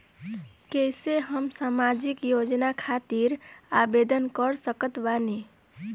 कैसे हम सामाजिक योजना खातिर आवेदन कर सकत बानी?